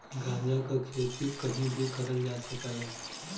गांजा क खेती कहीं भी करल जा सकला